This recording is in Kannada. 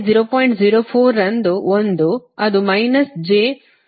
04 ರಂದು 1 ಅದು ಮೈನಸ್ j 25